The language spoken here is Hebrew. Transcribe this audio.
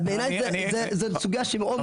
אז בעיניי זו סוגייה מאוד מאוד קשה.